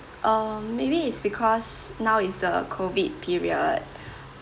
um maybe it's because now is the COVID period